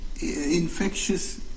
infectious